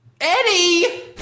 Eddie